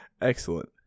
Excellent